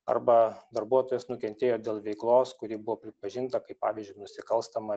arba darbuotojas nukentėjo dėl veiklos kuri buvo pripažinta kaip pavyzdžiui nusikalstama